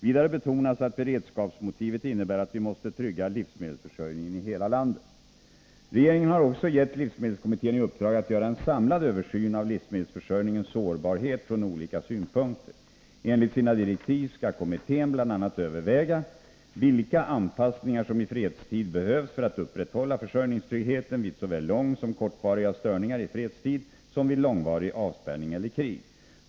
Vidare betonas att beredskapsmotivet innebär att vi måste trygga livsmedelsförsörjningen i hela landet. Regeringen har också gett livsmedelskommittén i uppdrag att göra en samlad översyn av livsmedelsförsörjningens sårbarhet från olika synpunkter. Enligt sina direktiv skall kommittén bl.a. överväga vilka anpassningar som i fredstid behövs för att upprätthålla försörjningstryggheten såväl vid långoch kortvariga störningar i fredstid som vid långvarig avspärrning eller krig.